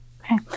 Okay